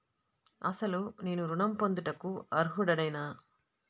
అసలు నేను ఋణం పొందుటకు అర్హుడనేన?